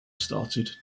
started